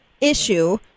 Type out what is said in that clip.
issue